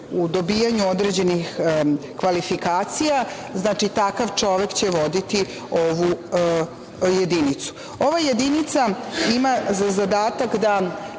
u dobijanju određenih kvalifikacija takav čovek će voditi ovu jedinicu. Ova jedinica ima za zadatak da